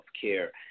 care